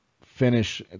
finish